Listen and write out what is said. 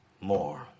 more